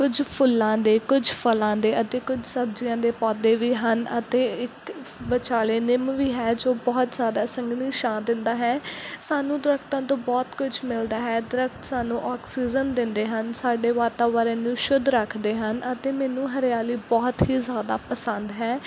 ਕੁਝ ਫੁੱਲਾਂ ਦੇ ਕੁਝ ਫਲਾਂ ਦੇ ਅਤੇ ਕੁਝ ਸਬਜ਼ੀਆਂ ਦੇ ਪੌਦੇ ਵੀ ਹਨ ਅਤੇ ਇੱਕ ਵਿਚਾਲੇ ਨਿੰਮ ਵੀ ਹੈ ਜੋ ਬਹੁਤ ਜ਼ਿਆਦਾ ਸੰਘਣੀ ਛਾਂ ਦਿੰਦੀ ਹੈ ਸਾਨੂੰ ਦਰਖਤਾਂ ਤੋਂ ਬਹੁਤ ਕੁਝ ਮਿਲਦਾ ਹੈ ਦਰਖਤ ਸਾਨੂੰ ਆਕਸੀਜਨ ਦਿੰਦੇ ਹਨ ਸਾਡੇ ਵਾਤਾਵਰਣ ਨੂੰ ਸ਼ੁੱਧ ਰੱਖਦੇ ਹਨ ਅਤੇ ਮੈਨੂੰ ਹਰਿਆਲੀ ਬਹੁਤ ਹੀ ਜ਼ਿਆਦਾ ਪਸੰਦ ਹੈ